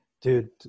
dude